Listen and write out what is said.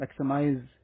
maximize